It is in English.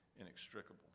inextricable